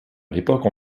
l’époque